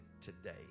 today